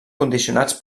condicionats